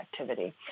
activity